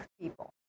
people